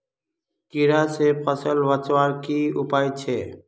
कीड़ा से फसल बचवार की उपाय छे?